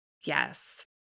Yes